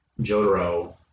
Jotaro